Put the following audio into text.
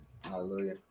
Hallelujah